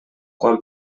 quan